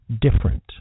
different